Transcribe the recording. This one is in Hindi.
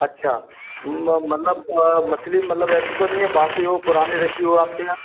अच्छा मतलब मछली मतलब ऐसी तो नहीं है बासी हो पुरानी रखी हो आपके यहाँ